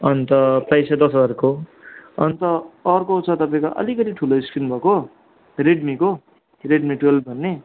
अन्त प्राइज चाहिँ दस हजारको अन्त अर्को छ तपाईँको अलिकति ठुलो स्क्रिन भएको रेडमीको रेडमी टुवेल्भ भन्ने